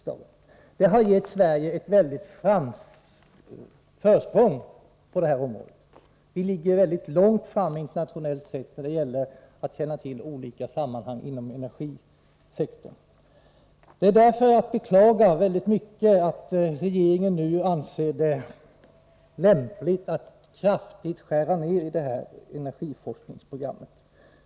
Det har gett Sverige ett stort försprång på detta område. Vi ligger mycket långt framme internationellt sett när det gäller att känna till olika sammanhang inom energisektorn. Det är därför att beklaga att regeringen nu anser det lämpligt att kraftigt skära ned detta energiforskningsprogram.